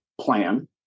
plan